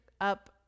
up